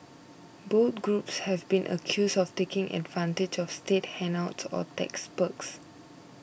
both groups have been accused of taking advantage of state handouts or tax perks